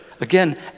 again